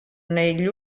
negli